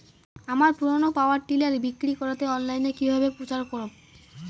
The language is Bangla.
আমার পুরনো পাওয়ার টিলার বিক্রি করাতে অনলাইনে কিভাবে প্রচার করব?